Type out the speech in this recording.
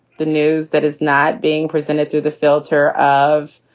the news that is not being presented to the filter of.